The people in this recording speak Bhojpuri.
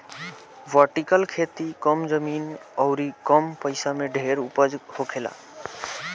वर्टिकल खेती कम जमीन अउरी कम पइसा में ढेर उपज होखेला